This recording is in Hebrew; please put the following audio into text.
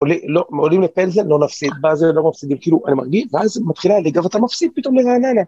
עולים לפנדל, לא נפסיד, ואז זה לא נפסיד, הם כאילו, אני מרגיש, ואז מתחילה, לגב, אתה מפסיד פתאום לרעננה